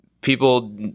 people